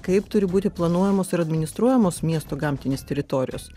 kaip turi būti planuojamos ir administruojamos miesto gamtinės teritorijos